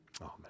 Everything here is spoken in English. Amen